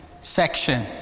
section